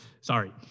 sorry